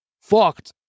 fucked